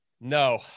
No